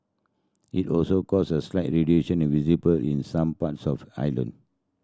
it also caused a slight in visible in some parts of island